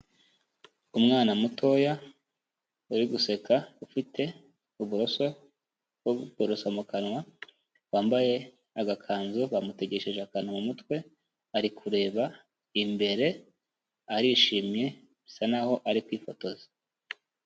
Umwana mutoya uri guseka ufite uburoso bwo kuborosa mu kanwa, wambaye agakanzu bamutegesheje akantu mu mutwe, ari kureba imbere, arishimye, bisa nkaho ari kwifotoza.